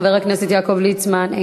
חבר הכנסת יעקב ליצמן,